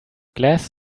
glass